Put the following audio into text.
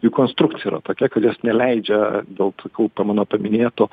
jų konstrukcija yra tokia kad jos neleidžia dėl tokių po mano paminėtų